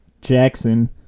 Jackson –